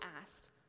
asked